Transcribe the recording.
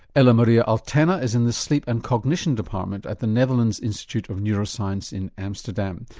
ellemarije altena is in the sleep and cognition department at the netherlands institute of neuroscience in amsterdam.